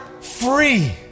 free